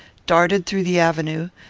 darted through the avenue,